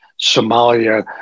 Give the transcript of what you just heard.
Somalia